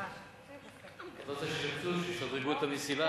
אה, שיפוצים, בסדר.